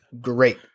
great